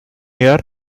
year